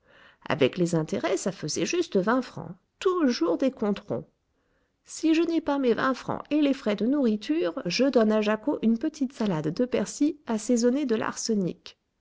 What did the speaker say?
avec les intérêts ça faisait juste vingt francs toujours des comptes ronds si je n'ai pas mes vingt francs et les frais de nourriture je donne à jacquot une petite salade de persil assaisonnée de l'arsenic